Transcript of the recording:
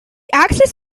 axis